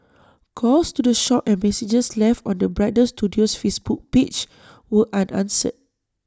calls to the shop and messages left on the bridal studio's Facebook page were unanswered